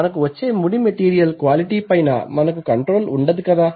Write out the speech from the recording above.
మనకు వచ్చే ముడి మెటీరియల్ క్వాలిటీ పైన మనకు కంట్రోల్ ఉండదు కదా